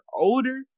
older